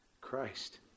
Christ